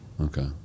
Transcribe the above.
Okay